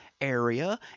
area